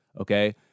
Okay